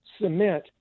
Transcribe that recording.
cement